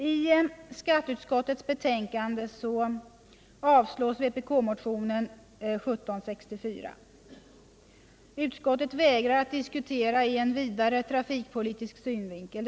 I skatteutskottets betänkande avstyrks vpk-motionen 1764. Utskottet vägrar att diskutera ur en vidare trafikpolitisk synvinkel.